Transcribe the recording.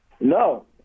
no